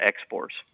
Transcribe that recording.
exports